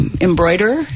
embroider